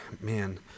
man